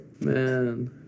Man